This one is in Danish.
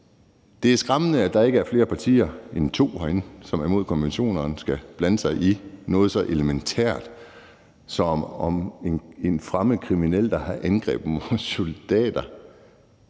Det er skræmmende, at der ikke er flere partier end to herinde, som er imod, at konventionerne skal blande sig i noget så elementært som, om en fremmed kriminel, der har angrebet vores soldater,